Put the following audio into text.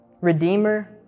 Redeemer